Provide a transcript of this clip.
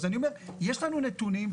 יש לנו נתונים.